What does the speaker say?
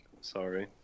Sorry